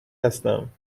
هستم